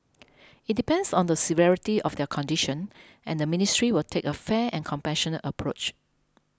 it depends on the severity of their condition and the ministry will take a fair and compassionate approach